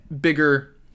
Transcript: bigger